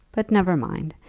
but never mind.